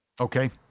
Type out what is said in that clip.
Okay